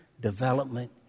development